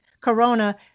Corona